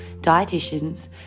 dietitians